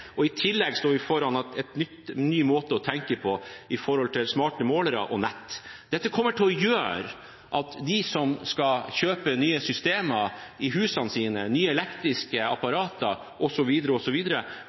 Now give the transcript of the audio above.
tillegg står vi foran en digitalisering og en ny måte å tenke på når det gjelder smarte målere og nett. Dette kommer til å gjøre at de som skal kjøpe nye systemer i husene sine, nye elektriske